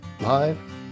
live